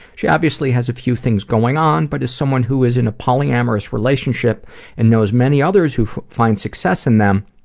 she obviously has a few things going on, but as someone who is in a polyamorous relationship and knows many others who find success in them,